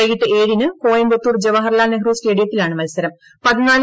വൈകീട്ട് ഏഴിന് കോയമ്പത്തൂർ ജവഹർലാൽ നെഹ്റു സ്റ്റേഡിയത്തിലാണ് മുത്സർറു